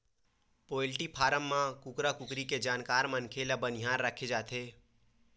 poultry farm म कुकरा कुकरी के जानकार मनखे ल बनिहार राखे जाथे